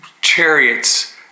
chariots